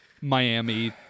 Miami